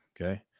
Okay